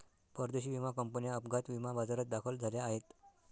परदेशी विमा कंपन्या अपघात विमा बाजारात दाखल झाल्या आहेत